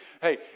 Hey